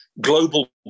global